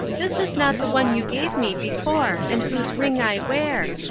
this is not the one you gave me before and whose ring i wear.